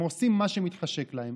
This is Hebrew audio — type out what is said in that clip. הם עושים מה שמתחשק להם.